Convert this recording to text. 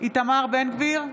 איתמר בן גביר,